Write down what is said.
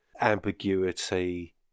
ambiguity